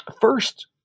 First